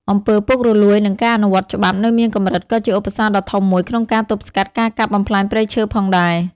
អំពើពុករលួយ និងការអនុវត្តច្បាប់នៅមានកម្រិតក៏ជាឧបសគ្គដ៏ធំមួយក្នុងការទប់ស្កាត់ការកាប់បំផ្លាញព្រៃឈើផងដែរ។